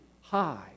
high